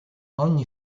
ogni